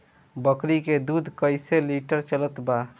बकरी के दूध कइसे लिटर चलत बा?